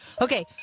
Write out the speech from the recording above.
Okay